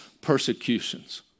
persecutions